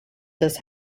this